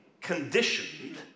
conditioned